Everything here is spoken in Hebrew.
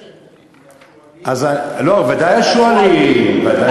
לא, ודאי השועלים.